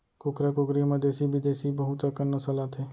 कुकरा कुकरी म देसी बिदेसी बहुत अकन नसल आथे